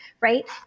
right